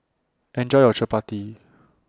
Enjoy your Chappati